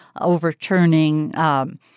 overturning –